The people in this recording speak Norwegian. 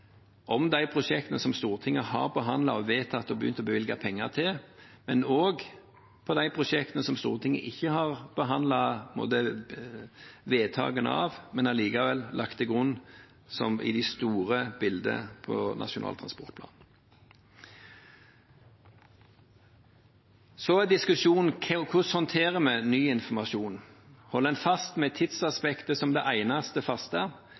om de prosjektene som Stortinget har behandlet, vedtatt og begynt å bevilge penger til – men også om de prosjektene som Stortinget ikke har behandlet, men allikevel lagt til grunn i det store bildet av Nasjonal transportplan. Så er diskusjonen hvordan vi håndterer ny informasjon. Holder en fast ved tidsaspektet som det eneste faste,